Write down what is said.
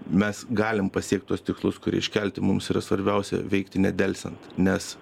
mes galim pasiekt tuos tikslus kurie iškelti mums yra svarbiausia veikti nedelsiant nes